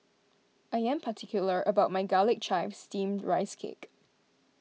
I am particular about my Garlic Chives Steamed Rice Cake